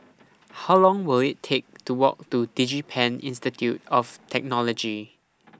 How Long Will IT Take to Walk to Digipen Institute of Technology